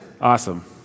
awesome